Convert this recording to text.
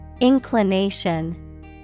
Inclination